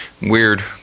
Weird